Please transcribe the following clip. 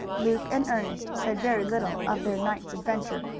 luke and ernest said very little of their night's adventure,